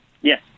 Yes